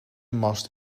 mast